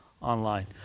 online